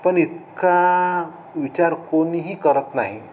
पण इतका विचार कोणीही करत नाही